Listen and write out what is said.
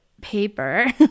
paper